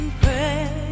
pray